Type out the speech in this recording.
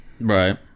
Right